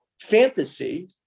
fantasy